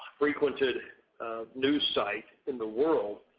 frequented news site in the world.